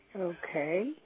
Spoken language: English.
okay